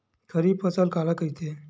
खरीफ फसल काला कहिथे?